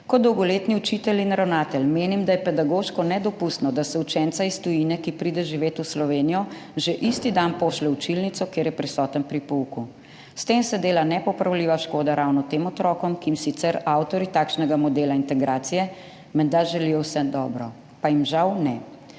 »Kot dolgoletni učitelj in ravnatelj menim, da je pedagoško nedopustno, da se učenca iz tujine, ki pride živet v Slovenijo, že isti dan pošlje v učilnico, kjer je prisoten pri pouku. S tem se dela nepopravljiva škoda ravno tem otrokom, ki jim sicer avtorji takšnega modela integracije menda želijo vse dobro. Pa jim žal ne.